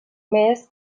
més